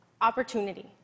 opportunity